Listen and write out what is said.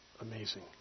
amazing